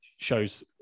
shows